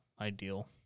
ideal